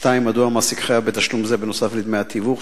2. מדוע המעסיק חייב בתשלום זה נוסף על דמי התיווך?